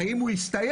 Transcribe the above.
האם הוא יסתיים?